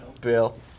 Bill